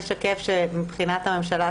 לשקף שמבחינת הממשלה,